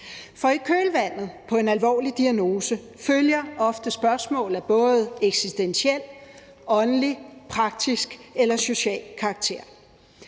For i kølvandet på en alvorlig diagnose følger ofte spørgsmål af både eksistentiel, åndelig, praktisk eller social karakter.